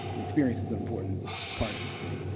and experience is an important part of this thing.